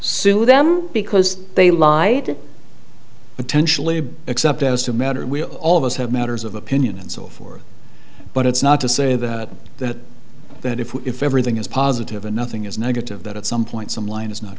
sue them because they lie to potentially except as a matter we all of us have matters of opinion and so forth but it's not to say that that that if everything is positive and nothing is negative that at some point some line is not